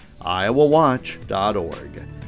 iowawatch.org